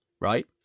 right